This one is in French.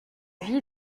vie